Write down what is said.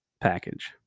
package